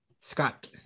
Scott